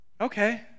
Okay